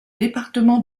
département